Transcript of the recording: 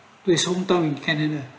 to his hometown in canada